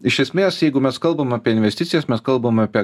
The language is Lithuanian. iš esmės jeigu mes kalbam apie investicijas mes kalbam apie